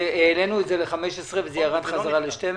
העלינו את זה ל-15, וזה ירד בחזרה ל-12.